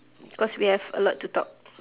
because we have a lot to talk